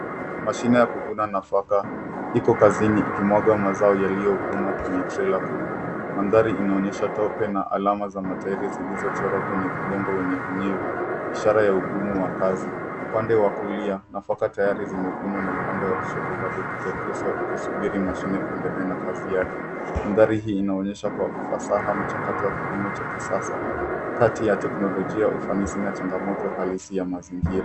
Mashine ya kuvuna nafaka iko kazini ikimwaga mazao yaliyovunwa kwenye trela kubwa. Mandhari inaonyesha tope na alama za matairi zilizochorwa kwenye udongo wenye unyevu ishara ya ugumu wa kazi. Upande wa kulia nafaka tayari zimevunwa na upande wa kushoto bado hazijaguzwa ukisubiri mashine kuendelea na kazi yake. Mandhari hii inaonyesha kwa ufasaha mchakato wa kilimo cha kisasa kati ya teknolojia ufanisi na changamoto halisi ya mazingira.